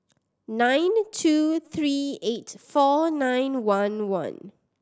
nine two three eight four nine one one